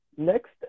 next